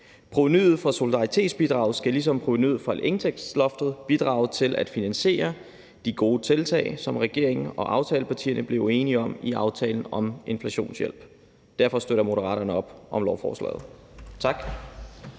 Provenuet fra solidaritetsbidraget skal ligesom provenuet fra indtægtsloftet bidrage til at finansiere de gode tiltag, som regeringen og aftalepartierne blev enige om i aftalen om inflationshjælp. Derfor støtter Moderaterne op om lovforslaget. Tak.